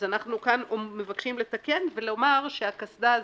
אז אנחנו כאן מבקשים לתקן ולומר שהקסדה הזו,